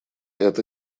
это